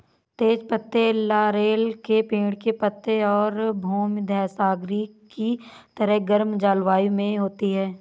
तेज पत्ते लॉरेल के पेड़ के पत्ते हैं भूमध्यसागरीय की तरह गर्म जलवायु में होती है